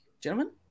gentlemen